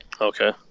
Okay